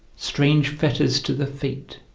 strange fetters to the feet,